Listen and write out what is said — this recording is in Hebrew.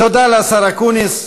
תודה לשר אקוניס,